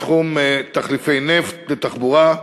בתחום תחליפי נפט לתחבורה,